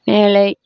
மேலே